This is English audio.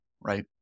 right